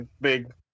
big